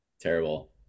Terrible